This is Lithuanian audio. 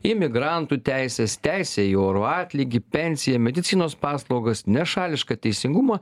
imigrantų teisės teisę į orų atlygį pensiją medicinos paslaugas nešališką teisingumą